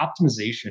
optimization